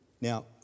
Now